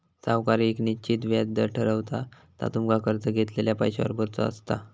सावकार येक निश्चित व्याज दर ठरवता जा तुमका कर्ज घेतलेल्या पैशावर भरुचा असता